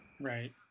Right